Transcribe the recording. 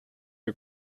you